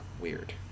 weird